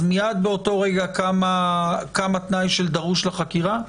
מייד באותו רגע קם התנאי של דרוש לחקירה?